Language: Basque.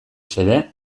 xede